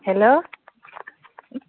hello